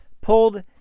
pulled